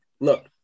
look